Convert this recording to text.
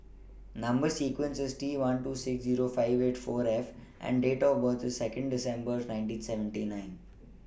Number sequence IS T one two six Zero five eight four F and Date of birth IS Second December nineteen seventy nine